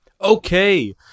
Okay